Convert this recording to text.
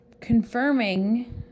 confirming